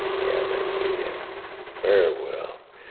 yeah, they knew them very